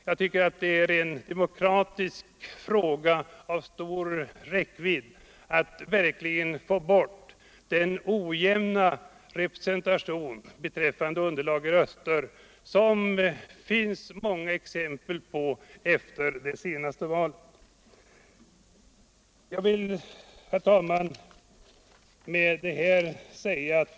Jag tycker att det är en demokratisk uppgift av stor räckvidd att verkligen få bort den ojämna representation i förhållande till underlaget av röster som det finns många exempel på efter det senaste valet. Herr talman!